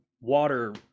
water